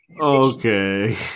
Okay